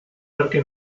parque